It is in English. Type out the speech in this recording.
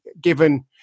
given